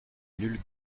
nulle